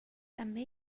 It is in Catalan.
també